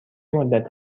مدت